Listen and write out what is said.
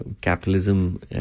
capitalism